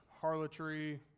harlotry